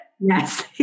yes